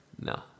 No